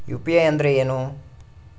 UPI ಅಂದ್ರೆ ಏನು?